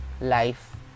life